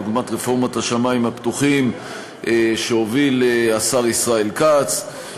דוגמת רפורמת השמים הפתוחים שהוביל השר ישראל כץ.